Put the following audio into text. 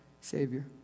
Savior